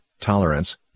tolerance